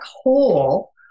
hole